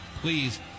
please